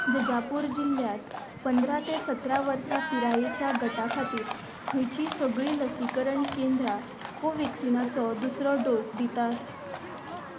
जजापूर जिल्ल्यांत पंद्रा ते सतरा वर्सां पिरायेच्या गटा खातीर खंयचीं सगळीं लसीकरण केंद्रां कोव्हॅक्सिनचो दुसरो डोस दिता